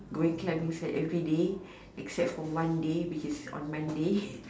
going clubbing's at everyday except for one day which is on Mondays